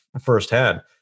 firsthand